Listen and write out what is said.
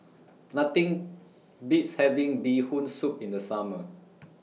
Nothing Beats having Bee Hoon Soup in The Summer